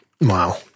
Wow